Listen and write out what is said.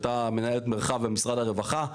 הייתה מנהלת מרחב במשרד הרווחה.